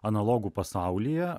analogų pasaulyje